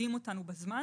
שמקדים אותנו בזמן,